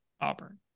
Auburn